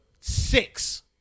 Six